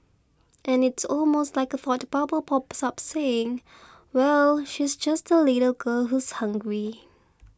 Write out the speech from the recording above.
and it's almost like a thought bubble pops up saying well she's just a little girl who's hungry